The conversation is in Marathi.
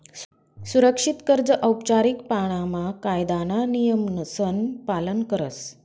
सुरक्षित कर्ज औपचारीक पाणामा कायदाना नियमसन पालन करस